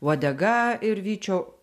uodega ir vyčio